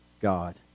God